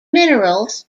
minerals